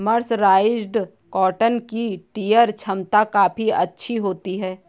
mercerised cotton की tear छमता काफी अच्छी होती है